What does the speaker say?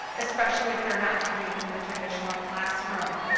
especially if they're not coming from the traditional classroom.